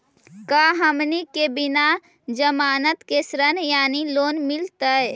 का हमनी के बिना जमानत के ऋण यानी लोन मिलतई?